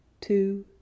two